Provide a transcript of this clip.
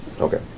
Okay